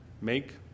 Make